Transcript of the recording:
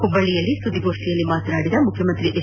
ಹುಬ್ಲಳ್ಳಿಯಲ್ಲಿ ಸುದ್ಗೋಷ್ಠಿಯಲ್ಲಿ ಮಾತನಾಡಿದ ಮುಖ್ಯಮಂತ್ರಿ ಎಚ್